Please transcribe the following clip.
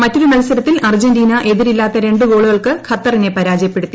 മറ്റൊരു മത്സരത്തിൽ അർജന്റീന എതിരില്ലാത്ത രണ്ട് ഗോളുകൾക്ക് ഖത്തറിനെ പരാജയപ്പെടുത്തി